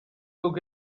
took